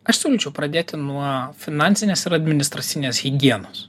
aš siūlyčiau pradėti nuo finansinės ir administracinės higienos